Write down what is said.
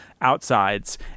outsides